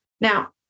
Now